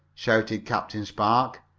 shouted captain spark.